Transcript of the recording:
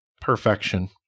perfection